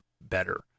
better